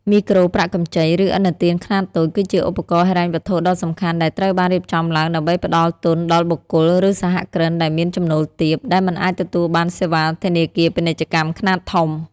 មីក្រូប្រាក់កម្ចី ឬឥណទានខ្នាតតូច គឺជាឧបករណ៍ហិរញ្ញវត្ថុដ៏សំខាន់ដែលត្រូវបានរៀបចំឡើងដើម្បីផ្ដល់ទុនដល់បុគ្គល ឬសហគ្រិនដែលមានចំណូលទាប ដែលមិនអាចទទួលបានសេវាធនាគារពាណិជ្ជខ្នាតធំ។